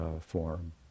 form